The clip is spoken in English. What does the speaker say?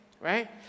right